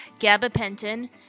gabapentin